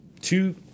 two